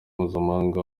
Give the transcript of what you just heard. mpuzamahanga